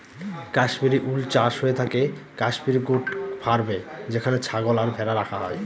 Kashmiri wool চাষ হয়ে থাকে কাশ্মির গোট ফার্মে যেখানে ছাগল আর ভেড়া রাখা হয়